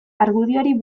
argudioari